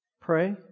Pray